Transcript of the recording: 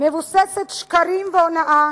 מבוססת שקרים והונאה,